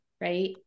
right